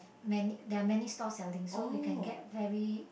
many there are many stall selling so you can get very